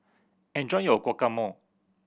enjoy your Guacamole